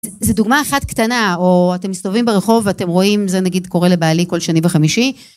זו דוגמה אחת קטנה, או אתם מסתובבים ברחוב ואתם רואים, זה נגיד קורה לבעלי כל שני וחמישי